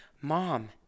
mom